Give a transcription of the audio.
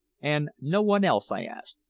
and no one else? i asked.